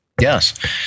Yes